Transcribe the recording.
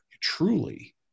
truly